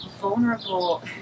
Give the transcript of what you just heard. vulnerable